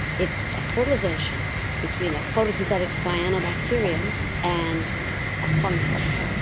it's a fertilisation between a photosynthetic cyanobacterium and a fungus.